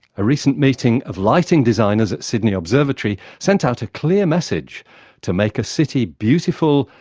a recent meeting of lighting designers at sydney observatory sent out a clear message to make a city beautiful,